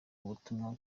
ubutumwa